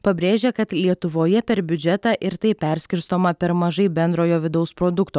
pabrėžia kad lietuvoje per biudžetą ir taip perskirstoma per mažai bendrojo vidaus produkto